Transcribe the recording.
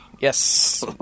yes